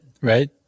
Right